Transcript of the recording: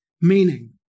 Meaning